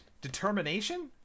determination